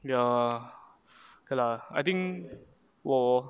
ya K lah I think 我